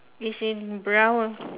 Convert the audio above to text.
it's in brown